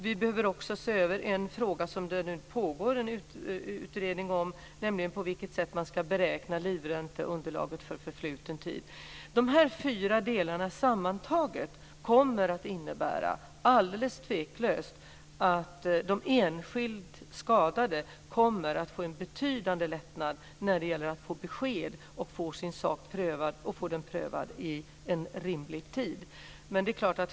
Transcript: Vi behöver också se över en fråga som det nu pågår en utredning om, nämligen på vilket sätt man ska beräkna livränteunderlaget för förfluten tid. De här fyra delarna kommer, alldeles tveklöst, att sammantaget innebära att de enskilda skadade kommer att få en betydande lättnad när det gäller att få besked och få sin sak prövad i rimlig tid.